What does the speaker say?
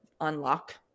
unlock